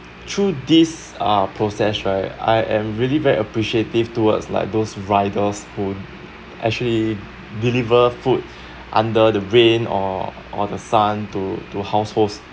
through these uh process right I am really very appreciative towards like those riders who actually deliver food under the rain or or the sun to to households